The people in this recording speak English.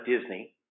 Disney